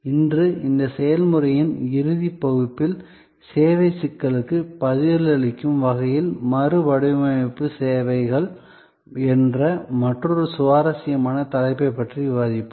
இன்று இந்த செயல்முறையின் இறுதிப் பகுதியில் சேவை சிக்கலுக்கு பதிலளிக்கும் வகையில் மறுவடிவமைப்பு சேவைகள் என்ற மற்றொரு சுவாரஸ்யமான தலைப்பைப் பற்றி விவாதிப்போம்